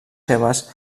seves